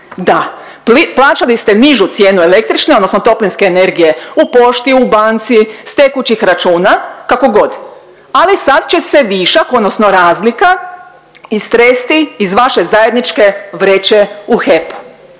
Da, plaćali ste nižu cijenu električne, odnosno toplinske energije u pošti, u banci, s tekućih računa kako god. Ali sad će se višak, odnosno razlika istresti iz vaše zajedničke vreće u HEP-u,